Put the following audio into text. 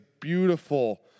beautiful